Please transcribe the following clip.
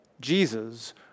Jesus